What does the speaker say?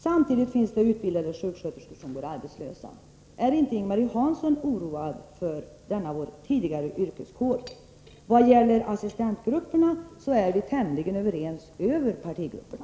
Samtidigt finns det utbildade sjuksköterskor som går arbetslösa. Är inte Ing-Marie Hansson oroad på våra förutvarande kollegers vägnar inom denna yrkeskår? När det gäller assistentgrupperna är vi tämligen överens över partigränserna.